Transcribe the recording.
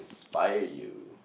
spy you